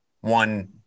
one